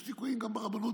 יש ליקויים גם ברבנות.